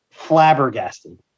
Flabbergasted